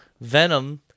Venom